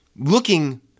looking